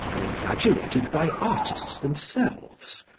or exaggerated by artists themselves,